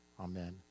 Amen